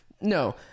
No